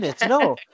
No